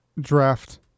draft